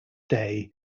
day